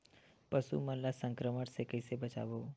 पशु मन ला संक्रमण से कइसे बचाबो?